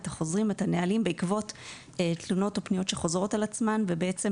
את החוזרים ואת הנהלים בעקבות תלונות ופניות שחוזרות על עצמן ובעצם